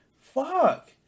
fuck